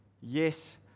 Yes